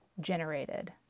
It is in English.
generated